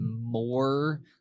more